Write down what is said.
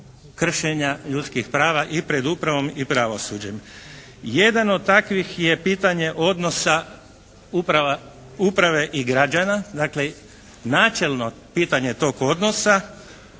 kršenja ljudskih prava i pred upravom i pravosuđem. Jedan od takvih je pitanje odnosa uprave i građana. Dakle, načelno pitanje tog odnosa.